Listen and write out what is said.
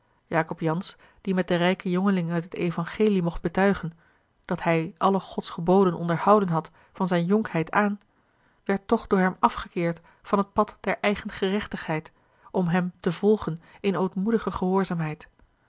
jacob jansz die met den rijken jongeling uit het evangelie mocht betuigen dat hij alle gods geboden onderhouden had van zijne jonkheid aan werd toch door hem afgekeerd van het pad der eigengerechtigheid om hem te volgen in ootmoedige gehoorzaamheid